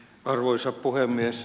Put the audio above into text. arvoisa puhemies